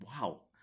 Wow